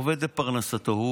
עובד לפרנסתו,